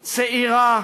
צעירה,